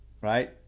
Right